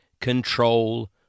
control